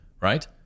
right